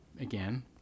again